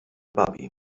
babi